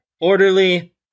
orderly